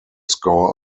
score